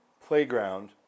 playground